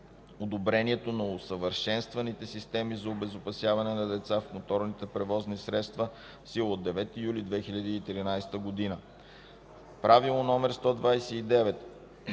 одобрението на усъвършенстваните системи за обезопасяване на деца в моторните превозни средства (в сила от 9 юли 2013 г.). Правило № 129